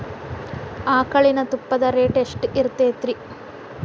ಆಕಳಿನ ತುಪ್ಪದ ರೇಟ್ ಎಷ್ಟು ಇರತೇತಿ ರಿ?